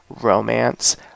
romance